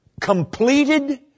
completed